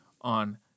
On